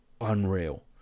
unreal